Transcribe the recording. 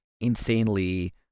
insanely